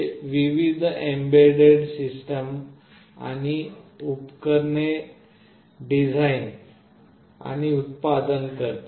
हे विविध embedded system board आणि उपकरणे डिझाईन आणि उत्पादन करते